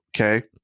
okay